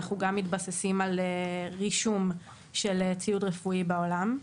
אנחנו גם מתבססים על רישום של ציוד רפואי בעולם.